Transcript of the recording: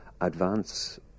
advance